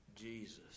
Jesus